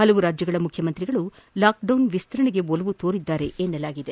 ಹಲವು ರಾಜ್ಜಗಳ ಮುಖ್ಜಮಂತ್ರಿಗಳು ಲಾಕ್ಡೌನ್ ವಿಸ್ತರಣೆಗೆ ಒಲವು ತೋರಿದ್ದಾರೆ ಎನ್ನಲಾಗಿದೆ